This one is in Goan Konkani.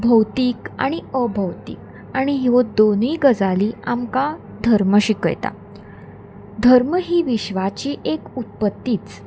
भौतीक आनी अभौतीक आनी ह्यो दोनूय गजाली आमकां धर्म शिकयता धर्म ही विश्वाची एक उत्पत्तीच